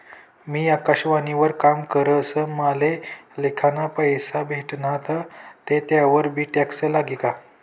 मी आकाशवाणी वर काम करस माले लिखाना पैसा भेटनात ते त्यावर बी टॅक्स लागी का?